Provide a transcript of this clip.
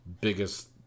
biggest